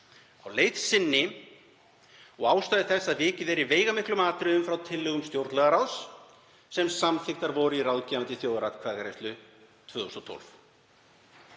á leið sinni og ástæðu þess að vikið er í veigamiklum atriðum frá tillögum stjórnlagaráðs sem samþykktar voru í ráðgefandi þjóðaratkvæðagreiðslu 2012.